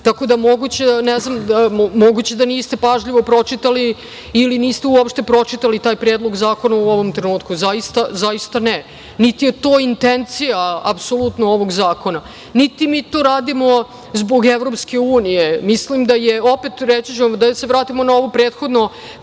Srbiji. Moguće da niste pažljivo pročitali ili niste uopšte pročitali taj Predlog zakona u ovom trenutku. Zaista ne, niti je to intencija apsolutno ovog zakona, niti mi to radimo zbog Evropske unije. Da se vratimo na ovo prethodno